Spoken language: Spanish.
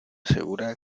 segura